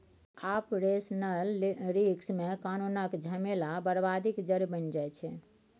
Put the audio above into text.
operational risk मे कानुनक झमेला बरबादीक जरि बनि जाइ छै